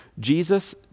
Jesus